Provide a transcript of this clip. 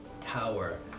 tower